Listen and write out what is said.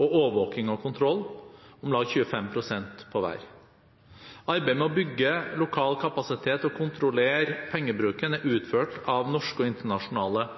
og overvåking og kontroll – om lag 25 pst. på hver. Arbeidet med å bygge lokal kapasitet og kontrollere pengebruken er utført av norske og internasjonale